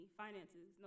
finances